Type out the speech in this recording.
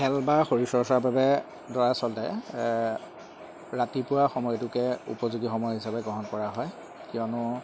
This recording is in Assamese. খেল বা শৰীৰ চৰ্চাৰ বাবে দৰাচলতে ৰাতিপুৱা সময়টোকে উপযোগী সময় হিচাপে গ্ৰহণ কৰা হয় কিয়নো